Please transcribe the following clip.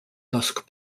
dusk